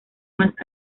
más